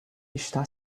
está